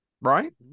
Right